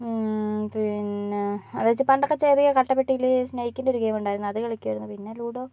പിന്നെ എന്നുവെച്ചാൽ പണ്ടൊക്കെ ചെറിയ കട്ടപ്പെട്ടീൽ സ്നൈക്കിൻറെ ഒരു ഗെയിം ഉണ്ടായിരുന്നു അത് കളിക്കുമായിരുന്നു പിന്നെ ലുഡോ